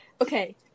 okay